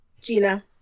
Gina